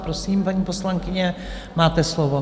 Prosím, paní poslankyně, máte slovo.